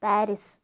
Paris